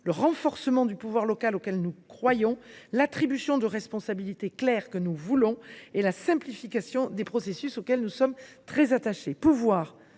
le renforcement du pouvoir local, auquel nous croyons, l’attribution de responsabilités claires, que nous voulons, et la simplification des processus, à laquelle nous sommes très attachés.